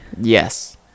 Yes